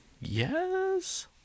yes